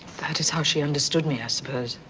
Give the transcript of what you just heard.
that is how she understood me, i suppose.